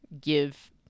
give